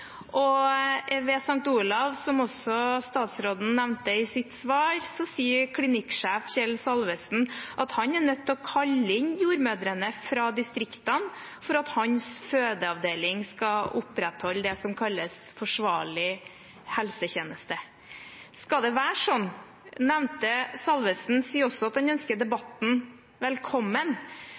Ved St. Olavs hospital, som også statsråden nevnte i sitt svar, sier klinikksjef Kjell Salvesen at han er nødt til å kalle inn jordmødrene fra distriktene for at hans fødeavdeling skal opprettholde det som kalles en forsvarlig helsetjeneste. Skal det være sånn? Nevnte Salvesen sier også at han ønsker debatten velkommen.